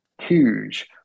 huge